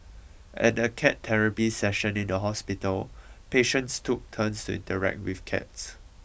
at a cat therapy session in the hospital patients took turns to interact with cats